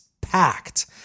packed